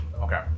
Okay